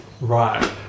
Right